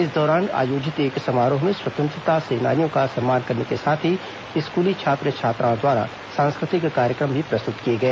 इस दौरान आयोजित एक समारोह में स्वतंत्रता सेनानियों का सम्मान करने के साथ ही स्कूली छात्र छात्राओं द्वारा सांस्कृतिक कार्यक्रम भी प्रस्तृत किए गए